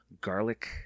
garlic